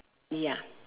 ya